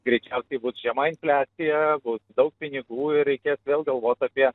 greičiausiai bus žema infliacija bus daug pinigų ir reikės vėl galvot apie